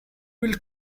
will